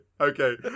okay